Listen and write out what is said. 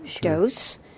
dose